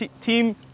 Team